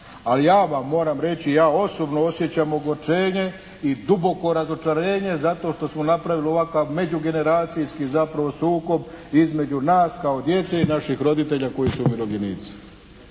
Ali ja vam moram reći, ja osobno osjećam ogorčenje i duboko razočarenje zato što smo napravili ovakav međugeneracijski zapravo sukob između nas kao djece i naših roditelja koji su umirovljenici.